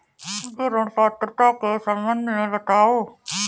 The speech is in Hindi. मुझे ऋण पात्रता के सम्बन्ध में बताओ?